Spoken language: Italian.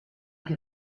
che